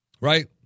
right